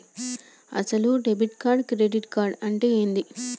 అసలు debit card credit card అంటే ఏంది?